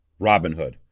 Robinhood